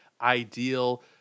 ideal